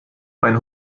mein